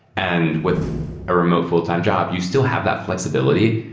and with a remote full-time job, you still have that fl exibility,